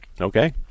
Okay